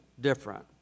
different